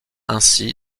ainsi